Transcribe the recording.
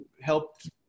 helped